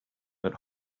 but